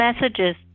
messages